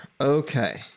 Okay